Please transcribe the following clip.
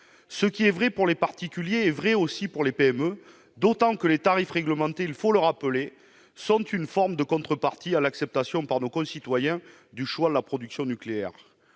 Ce qui est vrai pour les particuliers l'est aussi pour les PME, d'autant que, il faut le rappeler, les tarifs réglementés sont une forme de contrepartie à l'acceptation par nos concitoyens du choix de la production nucléaire.